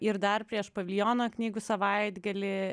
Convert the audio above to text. ir dar prieš paviljono knygų savaitgalį